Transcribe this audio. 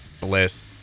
bliss